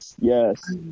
Yes